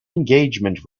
engagement